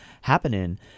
happening